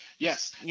Yes